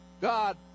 God